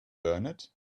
burnett